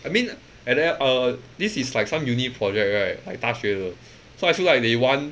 I mean at the end err this is like some uni project right like 大学的 so I feel like they want